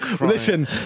Listen